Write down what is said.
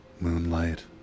moonlight